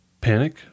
panic